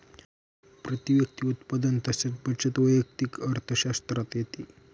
प्रती व्यक्ती उत्पन्न तसेच बचत वैयक्तिक अर्थशास्त्रात येते